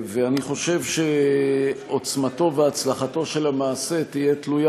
אני חושב שעוצמתו והצלחתו של המעשה תהיה תלויה